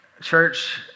Church